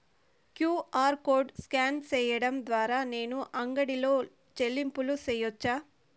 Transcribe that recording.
QR code scan సేయడం ద్వారా నేను అంగడి లో చెల్లింపులు సేయొచ్చా?